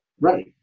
right